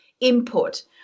input